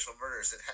murders